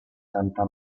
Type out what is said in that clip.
santa